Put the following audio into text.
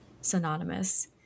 synonymous